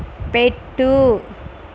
పెట్టు